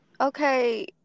okay